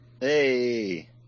Hey